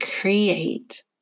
create